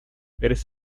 eres